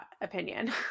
opinion